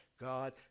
God